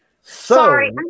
Sorry